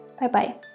Bye-bye